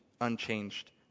unchanged